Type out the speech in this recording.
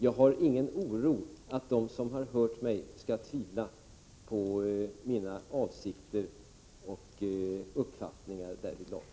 Jag hyser ingen oro för att de som har hört mig skall tvivla på mina avsikter och uppfattningar därvidlag.